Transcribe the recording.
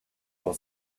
for